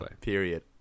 Period